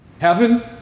Heaven